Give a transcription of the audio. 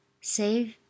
save